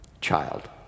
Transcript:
child